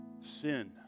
sin